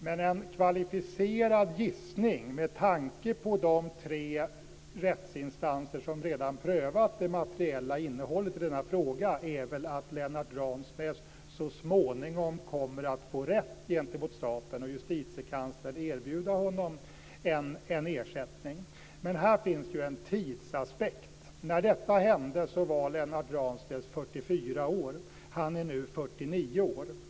Men en kvalificerad gissning, med tanke på de tre rättsinstanser som redan prövat det materiella innehållet i denna fråga, är väl att Lennart Ransnäs så småningom kommer att få rätt gentemot staten och att Justitiekanslern kommer att erbjuda honom en ersättning. Men här finns ju en tidsaspekt. När detta hände var Lennart Ransnäs 44 år. Han är nu 49 år.